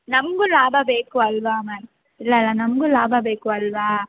ನಮಗು ಲಾಭ ಬೇಕು ಅಲ್ವಾ ಮ್ಯಾಮ್ ಇಲ್ಲ ಇಲ್ಲ ನಮಗು ಲಾಭ ಬೇಕು ಅಲ್ವಾ